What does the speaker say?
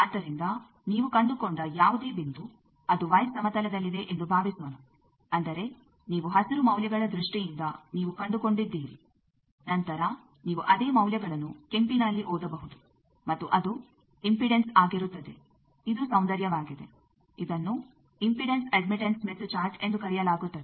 ಆದ್ದರಿಂದ ನೀವು ಕಂಡುಕೊಂಡ ಯಾವುದೇ ಬಿಂದು ಅದು ವೈ ಸಮತಲದಲ್ಲಿದೆ ಎಂದು ಭಾವಿಸೋಣ ಅಂದರೆ ನೀವು ಹಸಿರು ಮೌಲ್ಯಗಳ ದೃಷ್ಟಿಯಿಂದ ನೀವು ಕಂಡುಕೊಂಡಿದ್ದೀರಿ ನಂತರ ನೀವು ಅದೇ ಮೌಲ್ಯಗಳನ್ನು ಕೆಂಪಿನಲ್ಲಿ ಓದಬಹುದು ಮತ್ತು ಅದು ಇಂಪಿಡನ್ಸ್ ಆಗಿರುತ್ತದೆ ಇದು ಸೌಂದರ್ಯವಾಗಿದೆ ಇದನ್ನು ಇಂಪಿಡನ್ಸ್ ಅಡ್ಮಿಟ್ಟನ್ಸ್ ಸ್ಮಿತ್ ಚಾರ್ಟ್ ಎಂದು ಕರೆಯಲಾಗುತ್ತದೆ